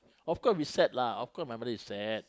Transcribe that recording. of course we sad lah of course my mother is sad